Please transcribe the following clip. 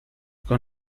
con